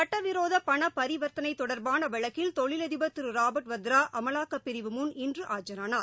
சுட்டவிரோ பண பரிவர்த்தனை தொடர்பான வழக்கில் தொழிலதிபர் திரு ராபர்ட் வத்ரா அமலாக்கப் பிரிவு முன் இன்று ஆஜரானார்